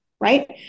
right